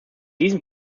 diesem